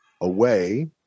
Away